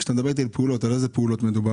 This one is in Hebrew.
כשאתה מדבר איתי על פעולות, על איזה פעולות מדובר?